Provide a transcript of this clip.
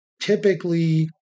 typically